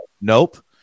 nope